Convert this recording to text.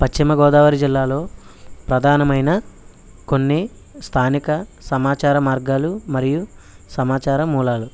పశ్చిమ గోదావరి జిల్లాలో ప్రధానమైన కొన్ని స్థానిక సమాచార మార్గాలు మరియు సమాచార మూలాలు